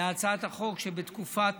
להצעת החוק שבתקופת